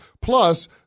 Plus